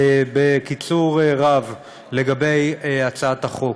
בקיצור רב, לגבי הצעת החוק,